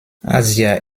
asia